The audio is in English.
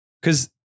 because-